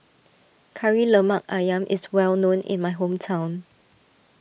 Kari Lemak Ayam is well known in my hometown